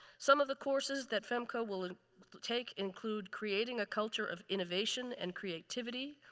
some of the courses that femca will take include creating a culture of innovation and creativity,